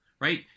right